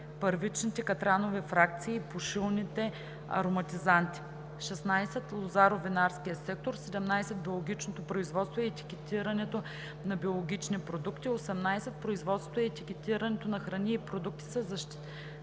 първичните катранови фракции и пушилните ароматизанти; 16. лозаро-винарския сектор; 17. биологичното производство и етикетирането на биологични продукти; 18. производството и етикетирането на храни и продукти със защитени